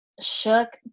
shook